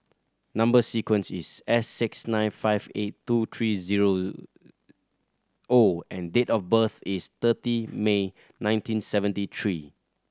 number sequence is S six nine five eight two three zero O and date of birth is thirty May nineteen seventy three